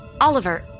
Oliver